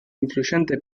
influyente